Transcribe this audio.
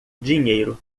dinheiro